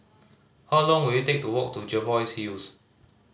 how long will it take to walk to Jervois Hills